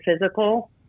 physical